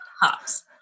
hops